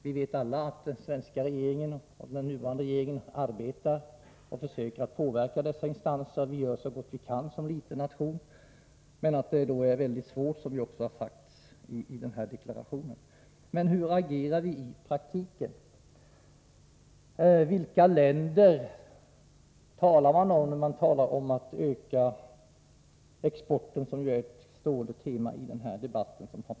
Vi vet alla att svenska regeringar, även den nuvarande, försökt och försöker påverka dessa instanser, att vi gör så gott vi kan som liten nation men att det — som det sägs i deklarationen — är väldigt svårt. Men hur agerar vi i praktiken? Vilka länder avser man, när man talar om att öka exporten, vilket ju är ett stående tema i debatten här i dag?